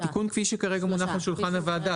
התיקון כפי שכרגע מונח על שולחן הוועדה,